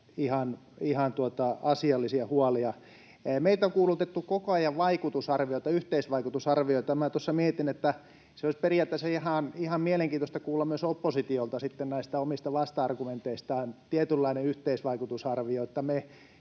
ihan asiallisia huolia. Meiltä on kuulutettu koko ajan yhteisvaikutusarvioita, ja tuossa mietin, että olisi periaatteessa ihan mielenkiintoista kuulla myös oppositiolta sitten näistä heidän omista vasta-argumenteistaan tietynlainen yhteisvaikutusarvio. Meidän